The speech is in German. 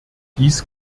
das